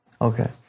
Okay